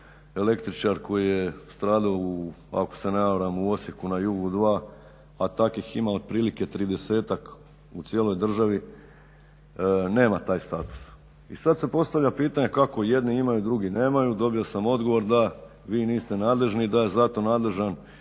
električar koji je stradao u ako se ne varam u Osijeku na jugu dva, a takvih ima otprilike 30-tak u cijeloj državi nema taj status. I sad se postavlja pitanje kako jedni imaju, drugi nemaju. Dobio sam odgovor da vi niste nadležni, da je za to nadležan